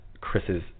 Chris's